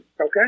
Okay